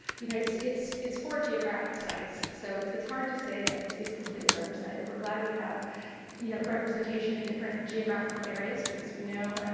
you know, it's it's four geographic sites, so it's it's hard to say that it's it's completely representative. we're glad we have you know representation in different geographical areas because we know,